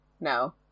No